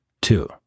Two